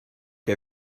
que